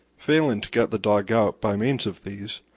failing to get the dog out by means of these,